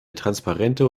transparente